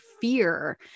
fear